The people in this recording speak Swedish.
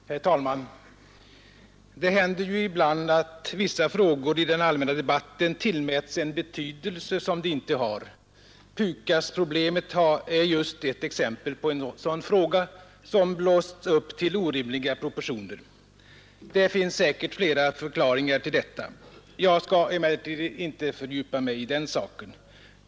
Herr talman! Det händer ibland att vissa frågor i den allmänna debatten tillmäts en betydelse som de inte har. PUKAS-problemet är just ett exempel på en sådan fråga, som blåsts upp till orimliga proportioner. Det finns säkert flera förklaringar till detta. Jag skall emellertid inte fördjupa mig i den saken.